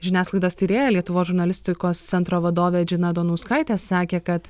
žiniasklaidos tyrėja lietuvos žurnalistikos centro vadovė džina daunauskaitė sakė kad